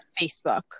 Facebook